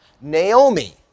naomi